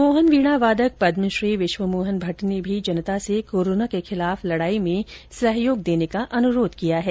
मोहन वीणा वादक पदमश्री विश्व मोहन भट्ट ने भी जनता से कोरोना के खिलाफ लड़ाई में सहयोग देने का अनुरोध किया है